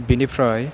बिनिफ्राय